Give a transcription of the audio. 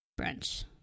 Brunch